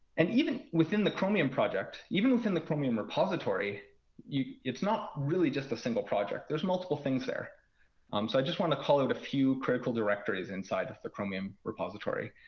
and even within the chromium project, even within the chromium repository it's not really just a single project. there's multiple things there. um so i just want to call out a few critical directories inside of the chromium repository.